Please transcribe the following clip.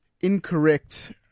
incorrect